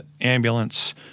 ambulance